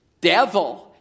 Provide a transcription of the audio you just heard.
devil